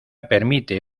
permite